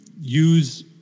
use